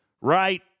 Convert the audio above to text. right